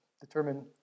determine